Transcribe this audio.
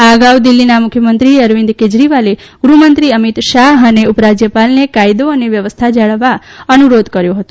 આ અગાઉ દિલ્હીના મુખ્યમંત્રી અરવિંદ કેજરીવાલે ગૃહમંત્રી અમીત શાહ અને ઉપરાજ્યપાલને કાયદો અને વ્યવસ્થા જાળવવા અનુરોધ કર્યો હતો